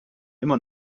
immer